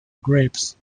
grapes